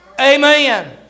Amen